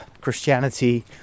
Christianity